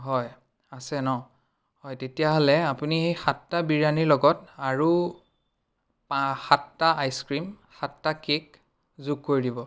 হয় আছে ন হয় তেতিয়াহ'লে আপুনি সাতটা বিৰিয়ানীৰ লগত আৰু সাতটা আইচক্ৰিম সাতটা কেক যোগ কৰি দিব